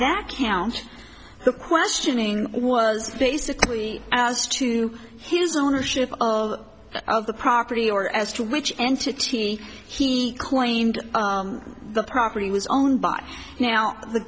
that county the questioning was basically as to his ownership of of the property or as to which entity he claimed the property was owned by now the